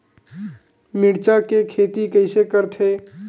मिरचा के खेती कइसे करथे?